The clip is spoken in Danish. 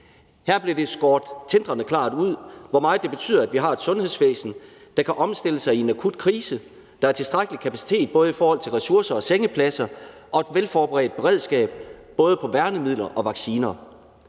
Her stod det tindrende klart, hvor meget det betyder, at vi har et sundhedsvæsen, der kan omstille sig i en akut krise, der har tilstrækkelig kapacitet, både i forhold til ressourcer og sengepladser, og et velforberedt beredskab, både med hensyn til værnemidler og vacciner,